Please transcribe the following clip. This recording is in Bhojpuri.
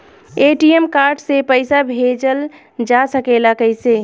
ए.टी.एम कार्ड से पइसा भेजल जा सकेला कइसे?